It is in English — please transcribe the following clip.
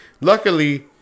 Luckily